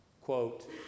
quote